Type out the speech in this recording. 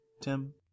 Tim